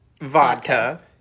vodka